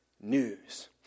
news